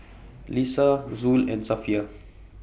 Lisa Zul and Safiya